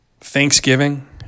Thanksgiving